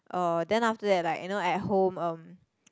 uh then after that like you know at home um